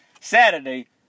Saturday